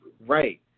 Right